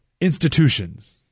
institutions